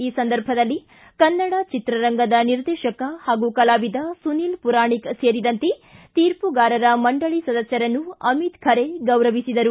ಈ ಸಂದರ್ಭದಲ್ಲಿ ಕನ್ನಡ ಚಿತ್ರರಂಗದ ನಿರ್ದೇಶಕ ಹಾಗೂ ಕಲಾವಿದ ಸುನೀಲ ಪುರಾಣಿಕ ಸೇರಿದಂತೆ ತೀರ್ಮಗಾರರ ಮಂಡಳಿ ಸದಸ್ತರನ್ನು ಅಮಿತ್ ಖರೆ ಗೌರವಿಸಿದರು